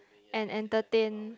and entertain